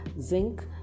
zinc